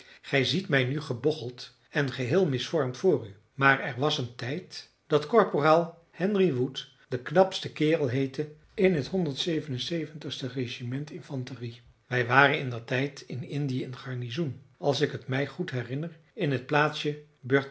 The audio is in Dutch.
gij ziet mij nu gebocheld en geheel misvormd voor u maar er was een tijd dat korporaal henry wood de knapste kerel heette in het regiment infanterie wij waren indertijd in indië in garnizoen als ik t mij goed herinner in het plaatsje